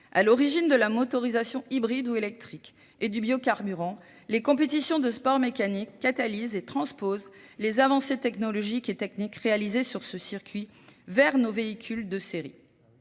À l'origine de la motorisation hybride ou électrique et du biocarburant, les compétitions de sport mécanique catalisent et transposent les avancées technologiques et techniques réalisées sur ce circuit vers nos véhicules de série.